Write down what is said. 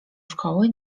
szkoły